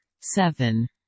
seven